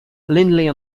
lindley